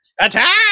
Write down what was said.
Attack